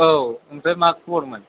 औ ओमफ्राय मा खबरमोन